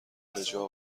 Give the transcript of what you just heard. بجا